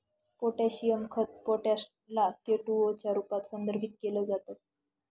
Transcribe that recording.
potassium खत potash ला K two O च्या रूपात संदर्भित केल जात